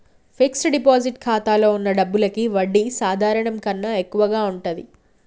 fixed deposit ఖాతాలో వున్న డబ్బులకి వడ్డీ సాధారణం కన్నా ఎక్కువగా ఉంటది